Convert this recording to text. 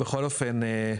בכל אופן,